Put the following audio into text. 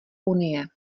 unie